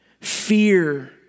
fear